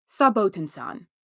Saboten-san